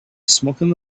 smoking